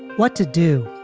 what to do